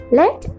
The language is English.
let